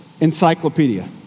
encyclopedia